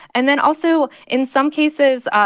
and then also in some cases,